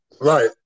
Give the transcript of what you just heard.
Right